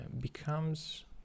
becomes